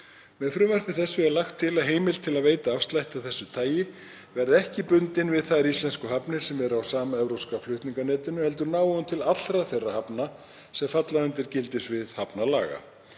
Með frumvarpinu er lagt til að heimild til að veita afslætti af þessu tagi verði ekki bundin við þær íslensku hafnir sem eru á samevrópska flutninganetinu heldur nái hún til allra þeirra hafna sem falla undir gildissvið hafnalaga.